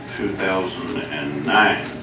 2009